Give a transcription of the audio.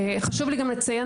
חשוב לי גם לציין,